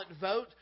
vote